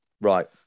Right